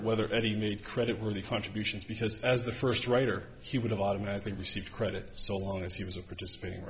whether any meet credit worthy contributions because as the first writer he would have automatically received credit so long as he was a participating